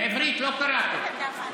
בעברית, לא קראתם.